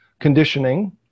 conditioning